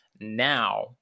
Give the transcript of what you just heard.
now